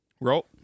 Roll